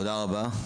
תודה רבה.